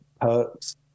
perks